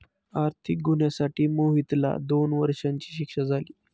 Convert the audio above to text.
आर्थिक गुन्ह्यासाठी मोहितला दोन वर्षांची शिक्षा झाली